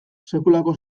sekulako